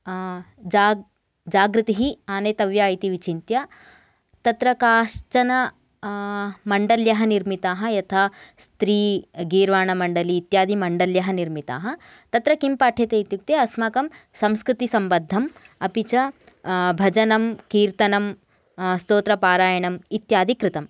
जा जागृतिः आनयितव्या इति विचिन्त्य तत्र काश्चन मण्डल्यः निर्मिताः यथा स्त्रीगीर्वाणमण्डली इत्यादि मण्डल्यः निर्मिताः तत्र किं पाठ्यते इत्युक्ते अस्माकं संस्कृतिसम्बन्धं अपि च भजनं कीर्तनं स्त्रोत्रपारायणम् इत्यादि कृतम्